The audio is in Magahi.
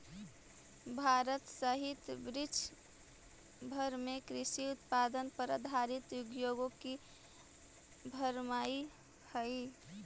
भारत सहित विश्व भर में कृषि उत्पाद पर आधारित उद्योगों की भरमार हई